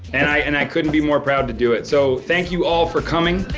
and i and i couldn't be more proud to do it. so thank you all for coming.